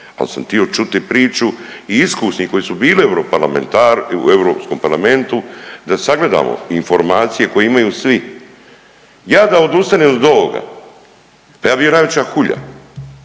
ali sam htio čuti priču i iskusnih koji su bili u europarlamentar, u Europskom parlamentu, da sagledamo informacije koje imaju svi. Ja da odustanem od ovoga, pa ja bi bio najveća hulja